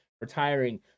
retiring